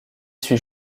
suit